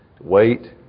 Wait